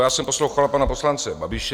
Já jsem poslouchal pana poslance Babiše.